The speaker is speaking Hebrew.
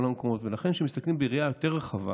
לכן כשאנחנו מסתכלים ביריעה יותר רחבה,